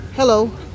Hello